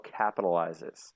capitalizes